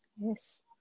yes